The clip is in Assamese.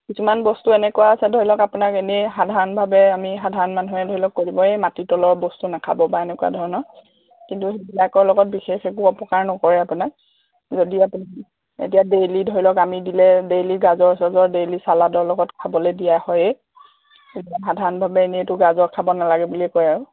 কিছুমান বস্তু এনেকুৱা আছে ধৰি লওক আপোনাক এনেই সাধাৰণভাৱে আমি সাধাৰণ মানুহে ধৰি লওক ক'ব এই মাটি তলৰ বস্তু নাখাব বা এনেকুৱা ধৰণৰ কিন্তু সেইবিলাকৰ লগত বিশেষ একো অপকাৰ নকৰে আপোনাক যদি আপুনি এতিয়া ডেইলি ধৰি লওক আমি দিলে ডেইলি গাজৰ চাজৰ ডেইলি চালাদৰ লগত খাবলে দিয়া হয় এই সাধাৰণভাৱে এনেইতো গাজৰ খাব নালাগে বুলিয়ে কয় আৰু